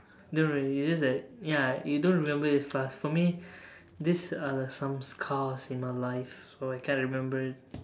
don't worry you just like ya you don't remember it fast for me this are some scars in my life so I can remember it